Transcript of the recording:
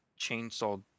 chainsaw